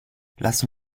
lassen